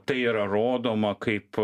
tai yra rodoma kaip